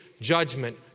judgment